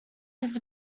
his